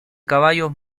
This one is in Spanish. caballos